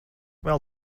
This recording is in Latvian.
vēl